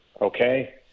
okay